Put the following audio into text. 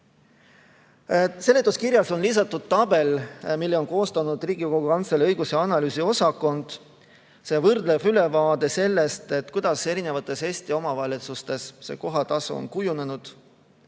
Seletuskirja on lisatud tabel, mille on koostanud Riigikogu Kantselei õigus‑ ja analüüsiosakond. See on võrdlev ülevaade sellest, kuidas Eesti omavalitsustes see kohatasu on kujunenud.